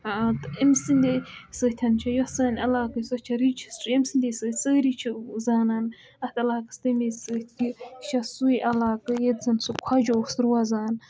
تہٕ أمۍ سٕنٛدے سۭتۍ چھِ یۄس سٲنۍ علاقٕچ سۄ چھےٚ رِچ ہِسٹری أمۍ سٕنٛدے سۭتۍ سٲری چھِ زانان اَتھ علاقَس تَمے سۭتۍ کہِ یہِ چھا سُے عَلاقہٕ ییٚتہِ زَن سُہ خۄجہِ اوس روزان